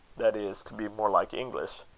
that is, to be more like english.